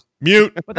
Mute